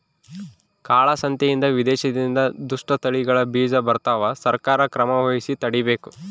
ಕಾಳ ಸಂತೆಯಿಂದ ವಿದೇಶದಿಂದ ದುಷ್ಟ ತಳಿಗಳ ಬೀಜ ಬರ್ತವ ಸರ್ಕಾರ ಕ್ರಮವಹಿಸಿ ತಡೀಬೇಕು